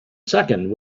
second